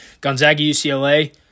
Gonzaga-UCLA